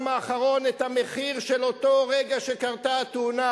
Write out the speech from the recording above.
האחרון את המחיר של אותו רגע שקרתה התאונה.